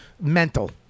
mental